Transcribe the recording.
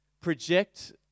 project